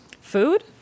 Food